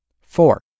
Four